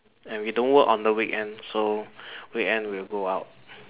and we don't work on the weekend so weekend we'll go out